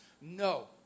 No